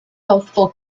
healthful